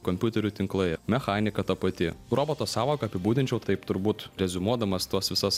kompiuterių tinklai mechanika ta pati roboto sąvoka apibūdinčiau taip turbūt reziumuodamas tas visas